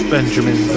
Benjamin